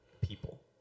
people